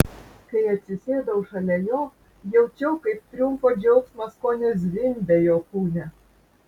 kai atsisėdau šalia jo jaučiau kaip triumfo džiaugsmas kone zvimbia jo kūne